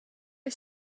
est